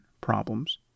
problems